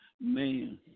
man